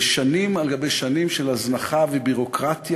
בשנים על גבי שנים של הזנחה וביורוקרטיה,